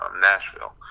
Nashville